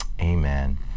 Amen